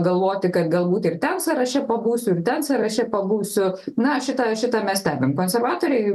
galvoti kad galbūt ir ten sąraše pabūsiu ir ten sąraše pabūsiu na šitą šitą mes stebim konservatoriai